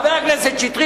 חבר הכנסת שטרית,